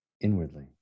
inwardly